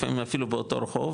לפעמים אפילו באותו רחוב,